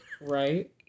Right